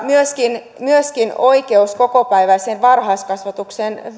myöskin myöskin oikeus kokopäiväiseen varhaiskasvatukseen